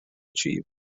achieved